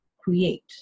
create